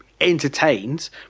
entertained